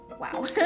wow